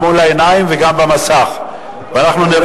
מטפלים בילדים שלנו בשעות אחר-הצהריים במסגרות שונות